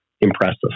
impressive